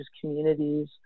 communities